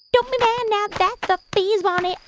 don't be mad now that the bees want it.